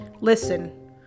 Listen